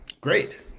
great